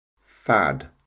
fad